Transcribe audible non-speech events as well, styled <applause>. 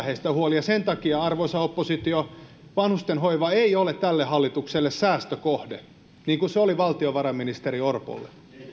<unintelligible> heistä huoli ja sen takia arvoisa oppositio vanhusten hoiva ei ole tälle hallitukselle säästökohde niin kuin se oli valtiovarainministeri orpolle